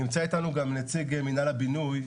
נמצא אתנו גם נציג מינהל הבינוי,